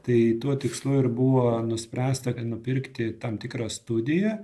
tai tuo tikslu ir buvo nuspręsta nupirkti tam tikrą studiją